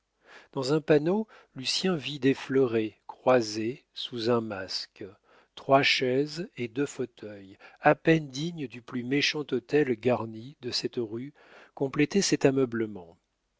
dans un panneau lucien vit des fleurets croisés sous un masque trois chaises et deux fauteuils à peine dignes du plus méchant hôtel garni de cette rue complétaient cet ameublement